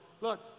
look